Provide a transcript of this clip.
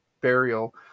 burial